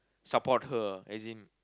support her as in